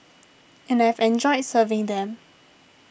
and I've enjoyed serving them